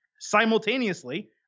Simultaneously